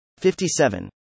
57